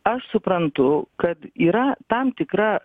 aš suprantu kad yra tam tikra